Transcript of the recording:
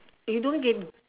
you don't get